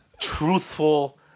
Truthful